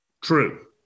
true